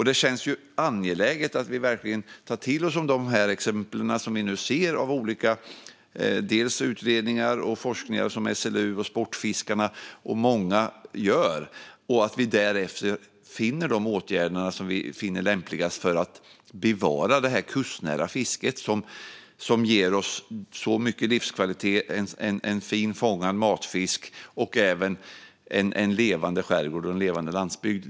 Det känns angeläget att vi nu verkligen tar till oss av de exempel som vi ser från olika utredningar och från forskning som SLU, Sportfiskarna och många andra bedriver. Därefter kan vi hitta de åtgärder som vi finner lämpligast för att bevara det kustnära fisket, som ger oss så mycket livskvalitet, en fin fångad matfisk och även en levande skärgård och en levande landsbygd.